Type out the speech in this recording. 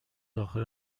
داخل